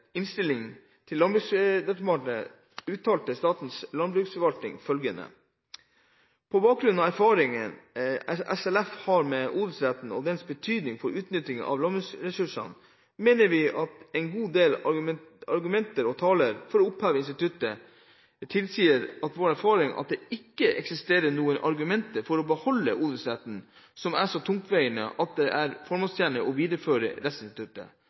innstilling til Landbruksdepartementet uttalte Statens landbruksforvaltning følgende: «På bakgrunn av de erfaringer SLF har med odelsretten og dennes betydning for utnyttingen av landbruksressursene, mener vi at en god del argumenter taler for å oppheve instituttet. Tilsvarende tilsier vår erfaring at det ikke eksisterer noen argumenter for å beholde odelsretten som er så tungtveiende at det er formålstjenlig å videreføre